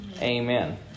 amen